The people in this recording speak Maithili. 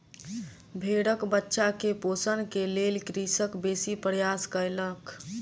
भेड़क बच्चा के पोषण के लेल कृषक बेसी प्रयास कयलक